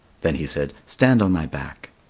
then he said, stand on my back.